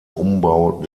umbau